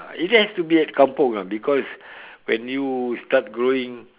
it has to be at kampung ah because when you start growing